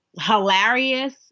hilarious